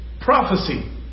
prophecy